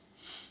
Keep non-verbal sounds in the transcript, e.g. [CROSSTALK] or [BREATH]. [BREATH]